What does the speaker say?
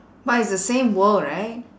but it's the same world right